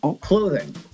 clothing